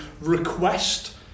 request